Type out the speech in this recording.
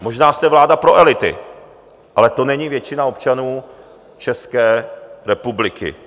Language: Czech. Možná jste vláda pro elity, ale to není většina občanů České republiky.